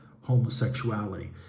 homosexuality